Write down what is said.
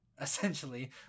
essentially